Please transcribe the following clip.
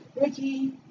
Ricky